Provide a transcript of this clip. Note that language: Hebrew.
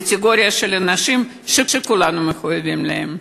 קטגוריה של אנשים שכולנו מחויבים להם.